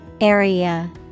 Area